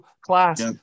class